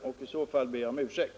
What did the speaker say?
I så fall ber jag om ursäkt.